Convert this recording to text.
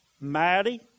Maddie